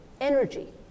Energy